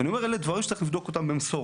אני אומר אלו דברים שצריך לבדוק אותם במשורה.